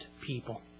people